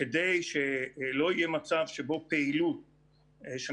כדי שלא יהיה מצב שבו פעילות שמתבצעת